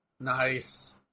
Nice